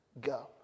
go